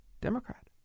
Democrat